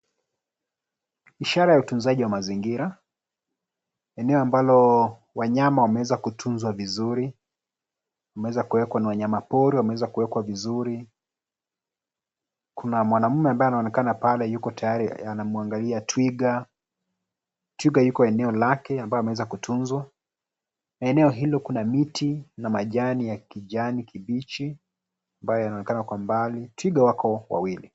Ishara ya utunzaji wa mazingira. Eneo ambalo wanyama wameweza kutunzwa vizuri. Wameweza kuwekwa na wanyama pori wameweza kuwekwa vizuri. Kuna mwanaume ambaye anaonekana pale yuko tayari anamwangalia twiga . Twiga yuko eneo lake ambayo yameweza kutunzwa . Eneo hilo kuna miti na majani ya kijani kibichi ambayo yanaonekana kwa mbali. Twiga wako wawili.